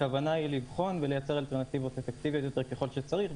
הכוונה לבחון ולייצר אלטרנטיבות אפקטיביות יותר ככל שצריך,